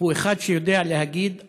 הוא אחד שיודע להגיד "40"